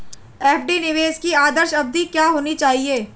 FD निवेश की आदर्श अवधि क्या होनी चाहिए?